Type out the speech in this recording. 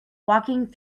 walking